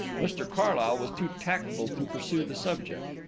mr carlyle was too tactful to pursue the subject.